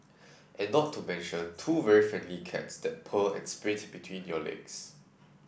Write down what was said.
and not to mention two very friendly cats that purr and sprint between your legs